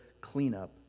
cleanup